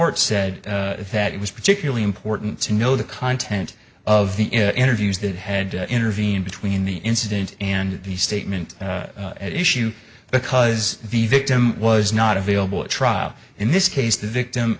swartz said that it was particularly important to know the content of the interviews that had intervened between the incident and the statement at issue because the victim was not available at trial in this case the victim